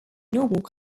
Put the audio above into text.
norwalk